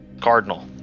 cardinal